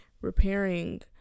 repairing